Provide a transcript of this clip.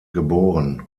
geboren